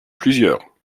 plusieurs